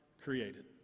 created